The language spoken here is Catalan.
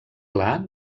pla